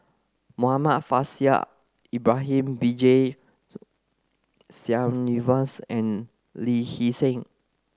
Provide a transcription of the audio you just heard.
Muhammad Faishal Ibrahim B J Sreenivasan and Lee Hee Seng